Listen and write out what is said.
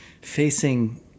facing